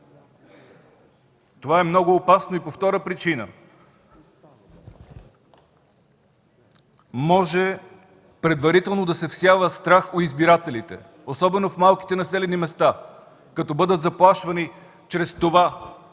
Това е много опасно и по втора причина – може предварително да се всява страх у избирателите, особено в малките населени места, като бъдат заплашвани чрез това: